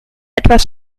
etwas